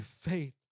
faith